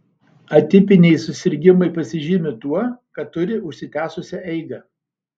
atipiniai susirgimai pasižymi tuo kad turi užsitęsusią eigą